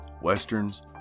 westerns